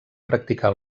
practicar